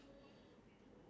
I think I love